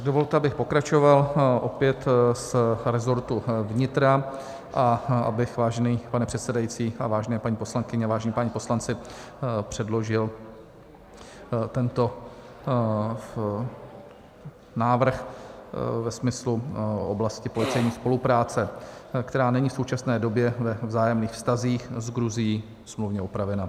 Dovolte, abych pokračoval opět z rezortu vnitra, a abych, vážený pane předsedající a vážené paní poslankyně a vážení páni poslanci, předložil tento návrh ve smyslu oblasti policejní spolupráce, která není v současné době ve vzájemných vztazích s Gruzií smluvně upravena.